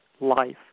life